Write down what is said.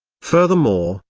furthermore,